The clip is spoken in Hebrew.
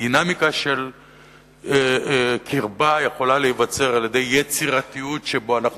דינמיקה של קרבה יכולה להיווצר על יצירתיות שבה אנחנו